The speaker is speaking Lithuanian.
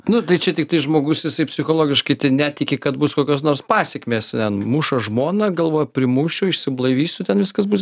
nu tai čia tiktai žmogus jisai psichologiškai netiki kad bus kokios nors pasekmės ten muša žmoną galvoja primušiu išsiblaivysiu ten viskas bus